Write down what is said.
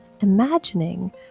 imagining